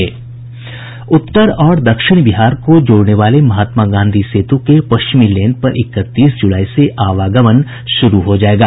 उत्तर और दक्षिण बिहार को जोड़ने वाले महात्मा गांधी सेतु के पश्चिमी लेन पर इकतीस जुलाई से आवागमन शुरू हो जायेगा